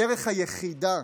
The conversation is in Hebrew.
הדרך היחידה